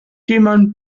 jemand